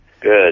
Good